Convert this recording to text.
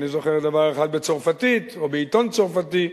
אני זוכר דבר אחד בעיתון צרפתי.